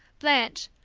blanche,